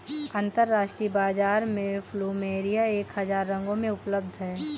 अंतरराष्ट्रीय बाजार में प्लुमेरिया एक हजार रंगों में उपलब्ध हैं